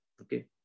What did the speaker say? Okay